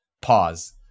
Pause